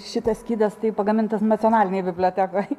šitas skydas tai pagamintas nacionalinėj bibliotekoj